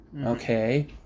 okay